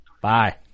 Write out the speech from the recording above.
Bye